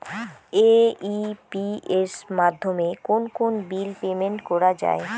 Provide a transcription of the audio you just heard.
AEPS মাধ্যমে কোন কোন বিল পেমেন্ট করা যায়?